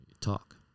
Talk